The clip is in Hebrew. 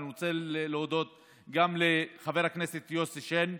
אני רוצה להודות גם לחבר הכנסת יוסי שיין,